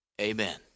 Amen